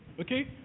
okay